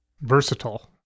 Versatile